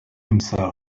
himself